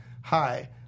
hi